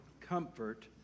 Comfort